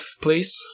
please